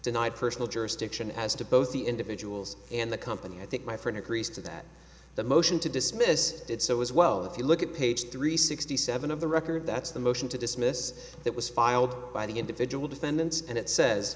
tonight personal jurisdiction as to both the individuals and the company i think my friend agrees to that the motion to dismiss did so as well if you look at page three sixty seven of the record that's the motion to dismiss that was filed by the individual defendants and it says